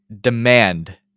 demand